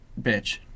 bitch